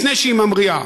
לפני שהיא ממריאה.